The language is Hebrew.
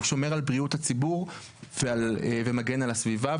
הוא שומר על בריאות הציבור ומגן על הסביבה,